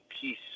peace